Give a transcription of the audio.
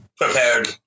prepared